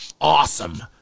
awesome